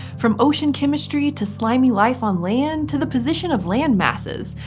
from ocean chemistry, to slimy life on land, to the position of landmasses.